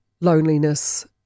loneliness